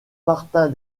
martin